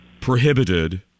Prohibited